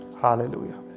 Hallelujah